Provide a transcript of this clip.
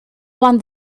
won